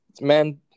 Man